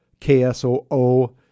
KSOO